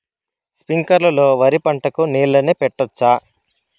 స్ప్రింక్లర్లు లో వరి పంటకు నీళ్ళని పెట్టొచ్చా?